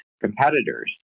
competitors